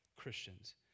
Christians